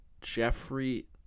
Jeffrey